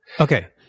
Okay